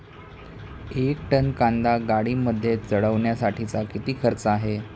एक टन कांदा गाडीमध्ये चढवण्यासाठीचा किती खर्च आहे?